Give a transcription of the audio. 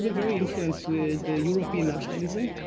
but very influenced with european nationalism,